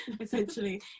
essentially